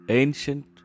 ancient